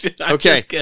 Okay